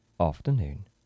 afternoon